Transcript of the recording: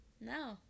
no